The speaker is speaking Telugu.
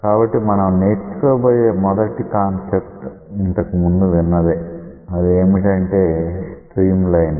కాబట్టి మనం నేర్చుకోబోయే మొదటి కాన్సెప్ట్ ఇంతకుముందు విన్నదే అదేమిటంటే స్ట్రీమ్ లైన్